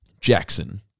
Jackson